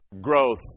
growth